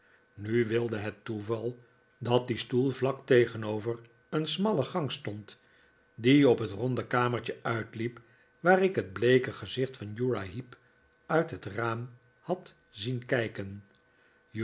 nu wilde het toeval dat die stoel vlak tegenover een smalle gang stond die op het ronde kamertje uitliep waar ik het bleeke gezicht van uriah heep uit het raam had zien kijken